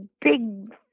big